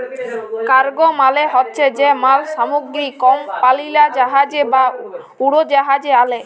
cargo মালে হছে যে মাল সামগ্রী কমপালিরা জাহাজে বা উড়োজাহাজে আলে